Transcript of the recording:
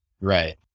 Right